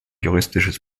juristisches